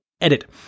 edit